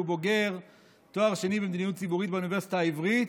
בוגר תואר שני במדיניות ציבורית באוניברסיטה העברית,